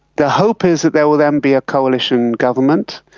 the hope is that there will then be a coalition government,